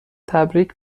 تبریک